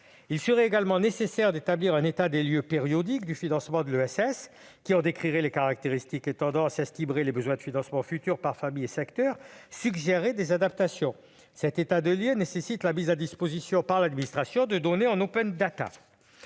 Il est également nécessaire d'établir un état des lieux périodique du financement de l'ESS, qui en décrirait les caractéristiques et tendances, estimerait les besoins de financement futurs par famille et secteur, et, enfin, suggérerait les adaptations. Cet état des lieux requiert la mise à disposition par l'administration de données en. Par